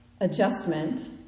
adjustment